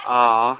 अँ